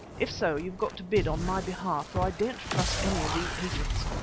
if so, you've got to bid on my behalf, for i daren't trust any of these agents.